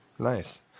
nice